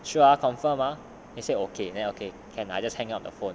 sure ah confirm ah he said okay then okay can I just hang up the phone